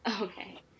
Okay